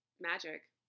magic